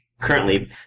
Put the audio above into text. currently